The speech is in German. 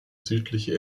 südliche